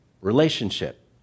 relationship